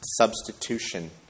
Substitution